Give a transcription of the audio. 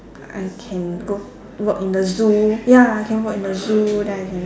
I can go work in the zoo ya I can work in the zoo then I can